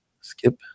Skip